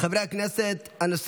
חברי הכנסת, נעבור